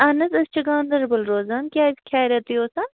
اَہن حظ أسۍ چھِ گندربل روزان کیٛازِ خیرِیتٕے اوسا